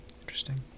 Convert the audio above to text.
Interesting